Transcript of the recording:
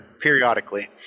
periodically